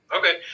Okay